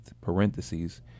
parentheses